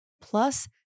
Plus